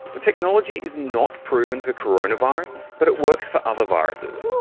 the technology is not proven for coronavirus, but it works for other viruses,